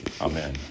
Amen